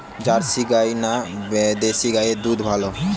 Jersey গাই না দেশী গাইয়ের দুধ ভালো?